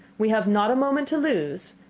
we have not a moment to lose.